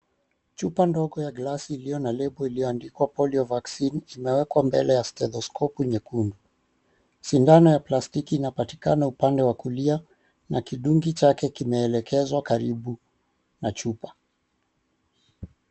Chupa ndogo ya glasi iliyo na nembo iliyoandikwa Pollio Vaccine, zimewekwa mbele ya stetoskopu nyekundu. Sindano ya plastiki inapatikana upande wa kulia na kidungi chake kimeelekezwa karibu na chupa.